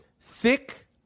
Thick